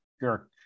jerk